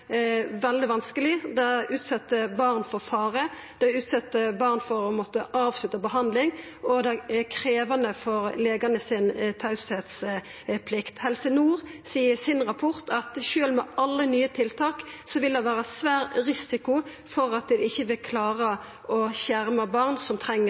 veldig vanskeleg, det utset barn for fare, det utset barn for å måtta avslutta behandling, og det er krevjande for legane med omsyn til teieplikta deira. Helse Nord seier i rapporten sin at sjølv med alle nye tiltak vil det vera svær risiko for at ein ikkje vil klara å skjerma barn som treng